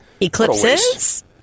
eclipses